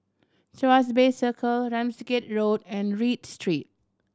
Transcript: Tuas Bay Circle Ramsgate Road and Read Street